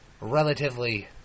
relatively